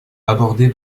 abordé